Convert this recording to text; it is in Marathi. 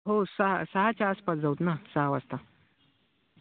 हो सहा सहाच्या आसपास जाऊ ना सहा वाजता